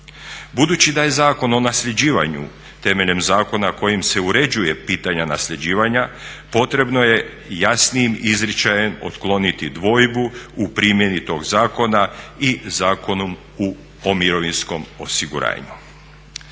Budući da je Zakon o nasljeđivanju temeljem Zakona kojim se uređuje pitanje nasljeđivanja potrebno je jasnijim izričajem otkloniti dvojbu u primjeni tog zakona i Zakonom o mirovinskom osiguranju.